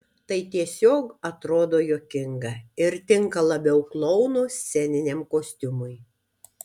tai tiesiog atrodo juokinga ir tinka labiau klouno sceniniam kostiumui